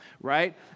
right